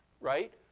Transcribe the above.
Right